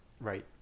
Right